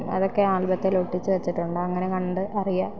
അതൊക്കെ ആൽബത്തേല് ഒട്ടിച്ച് വെച്ചിട്ടുണ്ട് അങ്ങനെ കണ്ട് അറിയാം